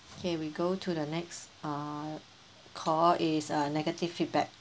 okay we go to the next uh call is a negative feedback